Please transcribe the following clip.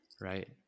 Right